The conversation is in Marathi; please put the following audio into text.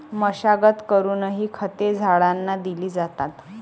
मशागत करूनही खते झाडांना दिली जातात